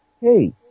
Hey